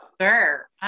Sure